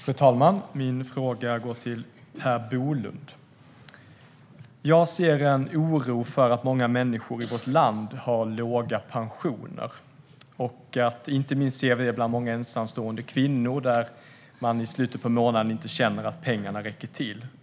Fru talman! Min fråga går till Per Bolund. Jag ser en oro för att många människor i vårt land har låga pensioner, inte minst ensamstående kvinnor som i slutet av månaden känner att pengarna inte räcker till.